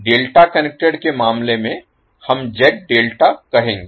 delta connected के मामले में हम कहेंगे